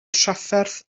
trafferth